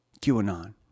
QAnon